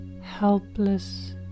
helpless